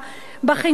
בחינוך,